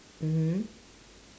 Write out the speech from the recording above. mmhmm